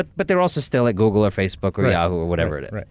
but they're also still at google or facebook or yahoo or whatever it it